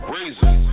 Razor